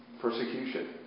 persecution